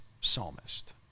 psalmist